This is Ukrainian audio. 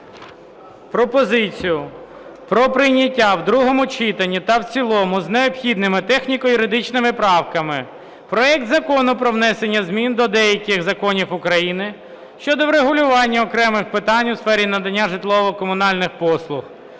пропозицію про прийняття в другому читанні та в цілому з необхідними техніко-юридичними правками проект Закону про внесення змін до деяких законів України щодо врегулювання окремих питань у сфері надання житлово-комунальних послуг